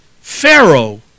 Pharaoh